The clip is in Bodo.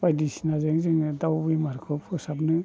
बायदिसिनाजों जोङो दाउ बेमारखौ फोसाबनो